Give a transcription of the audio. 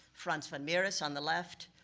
frans van mieries, on the left,